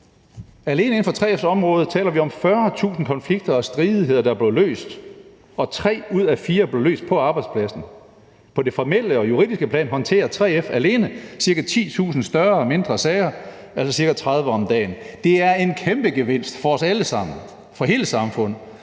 Alene inden for 3F's område taler vi om 40.000 konflikter og stridigheder, der er blevet løst, og tre ud af fire blev løst på arbejdspladsen. På det formelle og det juridiske plan håndterer 3F årligt alene ca. 10.000 større og mindre sager, altså ca. 30 om dagen. Det er en kæmpe gevinst for os alle sammen, for hele samfundet,